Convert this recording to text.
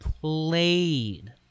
played